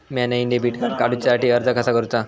म्या नईन debit card काडुच्या साठी अर्ज कसा करूचा?